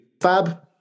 Fab